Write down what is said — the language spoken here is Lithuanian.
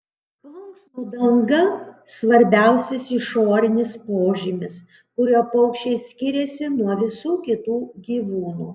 plunksnų danga svarbiausias išorinis požymis kuriuo paukščiai skiriasi nuo visų kitų gyvūnų